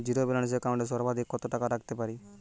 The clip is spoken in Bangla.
জীরো ব্যালান্স একাউন্ট এ সর্বাধিক কত টাকা রাখতে পারি?